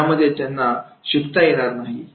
आणि यामध्ये त्यांना शिकता येणार नाही